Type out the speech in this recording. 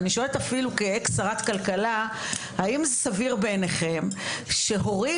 כשרת כלכלה לשעבר אני שואלת האם זה סביר בעיניכם שהורים